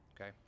okay